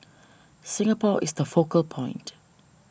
Singapore is the focal point